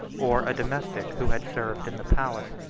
or a domestic who had served in the palace.